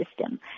system